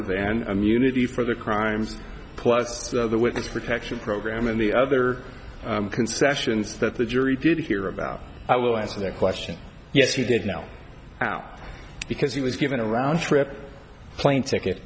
than immunity for the crimes plus the witness protection program and the other concessions that the jury did hear about i will answer that question yes he did know now because he was given a round trip plane ticket